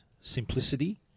simplicity